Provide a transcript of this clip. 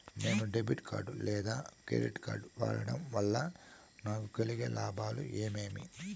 నేను debit card లేదా credit card వాడడం వల్ల నాకు కలిగే లాభాలు ఏమేమీ?